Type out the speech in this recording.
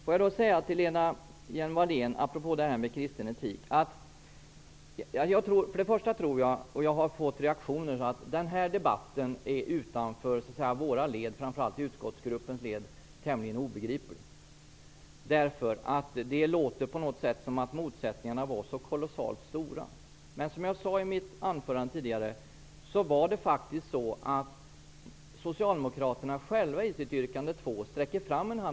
Låt mig säga till Lena Hjelm-Wallén, apropå detta med kristen etik, att jag tror att den här debatten är tämligen obegriplig utanför utskottsgruppens led. Jag har fått reaktioner som tyder på det. Det låter som om motsättningarna var så kolossalt stora. Som jag sade tidigare i mitt anförande sträcker Socialdemokraterna själva fram en hand i sitt yrkande 2.